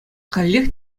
каллех